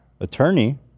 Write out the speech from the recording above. attorney